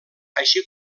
així